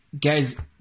guys